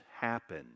happen